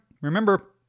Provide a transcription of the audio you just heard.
Remember